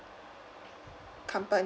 compa~